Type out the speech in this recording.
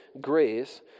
grace